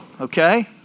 okay